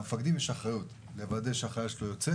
למפקדים יש אחריות לוודא שהחייל שלהם יוצא